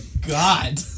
God